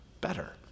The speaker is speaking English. Better